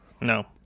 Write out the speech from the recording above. No